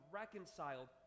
reconciled